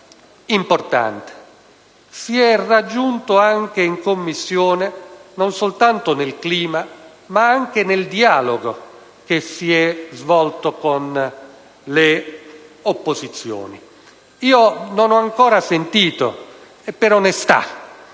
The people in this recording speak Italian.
importante si sia raggiunto in Commissione, non soltanto nel clima, ma anche nel dialogo che si è svolto con le opposizioni. Non ho ancora sentito - per onestà